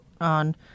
on